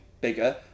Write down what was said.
bigger